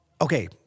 okay